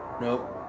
Nope